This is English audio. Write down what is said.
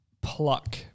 pluck